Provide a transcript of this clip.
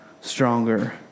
stronger